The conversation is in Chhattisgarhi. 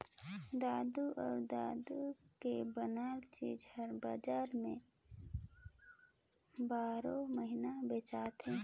दूद अउ दूद के बनल चीज हर बजार में बारो महिना बेचाथे